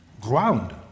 ground